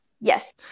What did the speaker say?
Yes